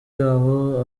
yawo